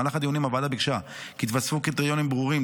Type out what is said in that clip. במהלך הדיונים הוועדה ביקשה כי יתוספו קריטריונים ברורים,